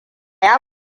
ya